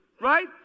right